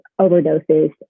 overdoses